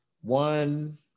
one